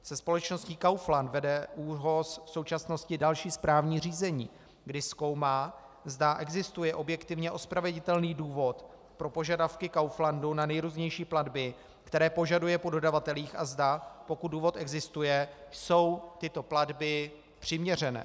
Se společností Kaufland vede ÚOHS v současnosti další správní řízení, kdy zkoumá, zda existuje objektivně ospravedlnitelný důvod pro požadavky Kauflandu na nejrůznější platby, které požaduje po dodavatelích, a zda, pokud důvod existuje, jsou tyto platby přiměřené.